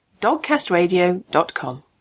dogcastradio.com